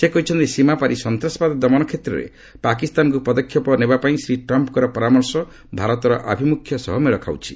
ସେ କହିଛନ୍ତି ସୀମାପାରି ସନ୍ତାସବାଦ ଦମନ କ୍ଷେତ୍ରରେ ପାକିସ୍ତାନକୁ ପଦକ୍ଷେପ ନେବାପାଇଁ ଶ୍ରୀ ଟ୍ରମ୍ପ୍ଙ୍କର ପରାମର୍ଶ ଭାରତର ଆଭିମୁଖ୍ୟ ସହ ମେଳ ଖାଉଛି